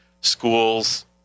schools